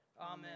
Amen